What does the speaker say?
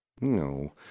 No